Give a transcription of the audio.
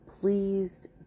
pleased